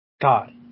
God